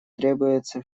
требуется